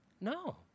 No